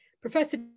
Professor